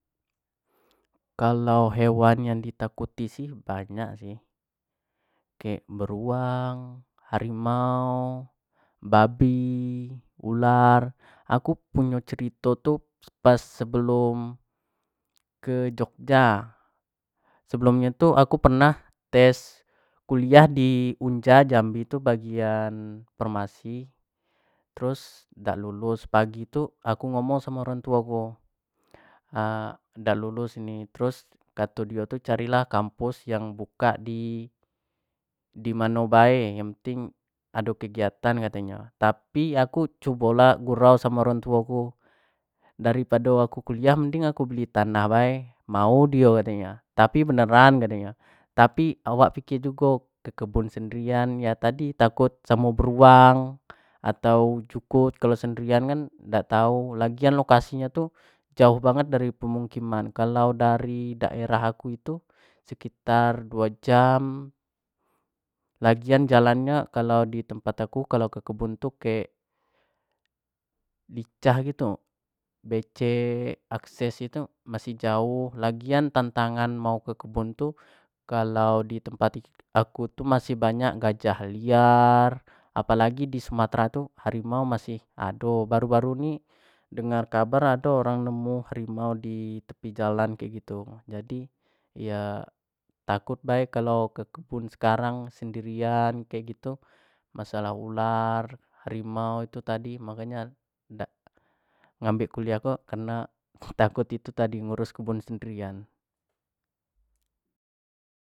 Kalau hewan yang di takuti sih banyak sih, kek beruang, harimau, babi, ular, aku punyo cerito tu pas sebelum ke jogja sebelum nyo tu aku pernah tes kuliah di unja jambi tu bagian farmasi terus dak lulus pagi tu aku ngomong samo orang tuo aku dak lulus ni terus kato dio tu buka lah kampus yang buka di-dimano bae yang penting ado kegiatan kato nyo, tapi aku cubo lah gurau samo orang tuo aku, dari pado aku kuliah mending aku beli tanah bae, mau dio kato nyo, tapi beneran kato nyo, tapi awak piker jugo ke kebun sendirian tadi nah tadi takut samo beruang, atau jukut kalau sendirian kan dak tau, lagian lokasi nyo tu jauh banget dari pemukiman, kalau dari daerah aku itu sekitar duo jam lagian jalan nyo kalau di tempat aku kalau ke kebun tu kek licah gitu, becek, akses nyo tu masih jauh lagian tantangan mau ke kebun tu kalau tempat aku tu masih banyak gjah liar, apalagi di sumatera tu harimau masih do, dengar kabar baru-baru ni ado orang nemu harimau di tepi jalan kek gitu, jadi yo takut bae kalau ke kebun sekarang sendirian kek gitu, masalah ular, harimau, itu tadi mako nyo dak ngambek kuliah tu takut itu tadi ngurus kebun sendirian